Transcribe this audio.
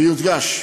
ויודגש,